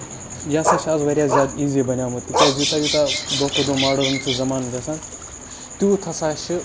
تہٕ یہِ ہسا چھِ واریاہ زیادٕ ایٖزی بَنیومُت تِکیازِ یوٗتاہ یوٗتاہ دۄہ کھۄتہٕ دۄہ موڈٲرن چھُ زَمانہٕ گژھان تیوٗت ہسا چھِ